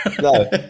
No